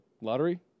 lottery